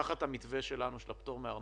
לקחת את המתווה שלנו, של הפטור מארנונה,